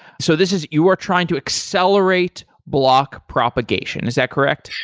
so this is, you are trying to accelerate block propagation, is that correct?